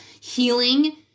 healing